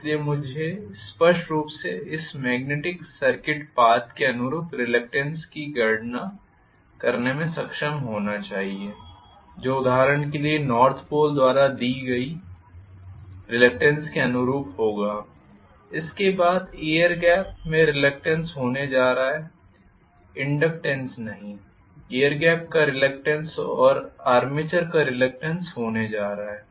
इसलिए मुझे स्पष्ट रूप से इस मेग्नेटिक सर्किट पाथ के अनुरूप रिलक्टेन्स की गणना करने में सक्षम होना चाहिए जो उदाहरण के लिए नॉर्थ पोल द्वारा दी गई रिलक्टेन्स के अनुरूप होगा इसके बाद एयर गैप में रिलक्टेन्स होने जा रहा है इनडक्टेन्स नहीं एयर गैप का रिलक्टेन्स और आर्मेचर का रिलक्टेन्स होने जा रहा है